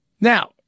now